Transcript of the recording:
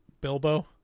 bilbo